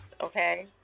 Okay